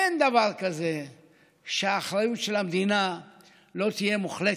אין דבר כזה שהאחריות של המדינה לא תהיה מוחלטת.